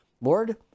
Lord